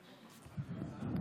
דקות.